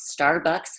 Starbucks